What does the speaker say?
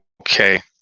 okay